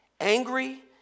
angry